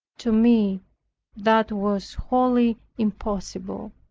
to me that was wholly impossible.